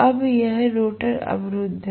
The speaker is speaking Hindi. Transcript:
अब यह रोटर अवरुद्ध है